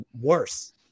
worse